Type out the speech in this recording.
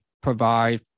provide